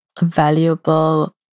valuable